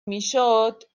میشد